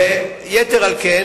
יתר על כן,